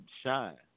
shine